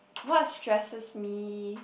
what stresses me